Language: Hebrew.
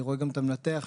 אני רואה גם את המנתח שלי,